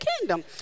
kingdom